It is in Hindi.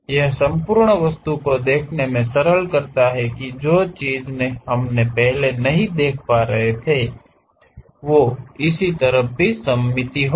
यह संपूर्ण वस्तु को देखने मे सरल करता है कि जो चीज़ हमे पहेले नहीं देख पा रहे थी इस तरफ भी सममित होगा